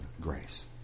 grace